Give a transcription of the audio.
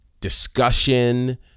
discussion